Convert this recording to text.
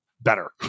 better